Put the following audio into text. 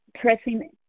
pressing